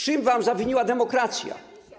Czym wam zawiniła demokracja?